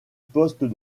postes